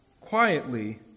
quietly